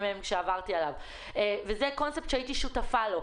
והמידע עליו עברתי וזה קונספט שהייתי שותפה לו.